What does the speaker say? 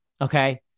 okay